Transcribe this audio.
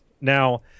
Now